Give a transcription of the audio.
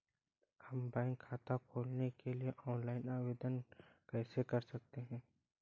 हम बैंक खाता खोलने के लिए ऑनलाइन आवेदन कैसे कर सकते हैं?